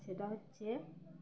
সেটা হচ্ছে